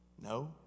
no